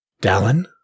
Dallin